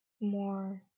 more